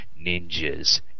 Ninjas